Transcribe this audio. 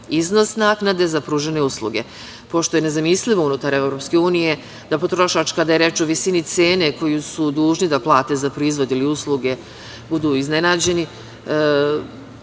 iznos naknade za pružene usluge. Pošto je nezamislivo unutar EU, da potrošač kada je reč o visini cene koju su dužni da plate za proizvod ili usluge budu iznenađeni,